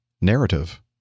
narrative